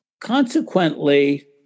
consequently